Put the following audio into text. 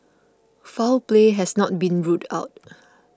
foul play has not been ruled out